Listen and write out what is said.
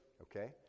okay